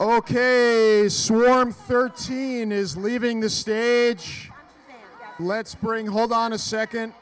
is leaving the stage let's bring hold on a second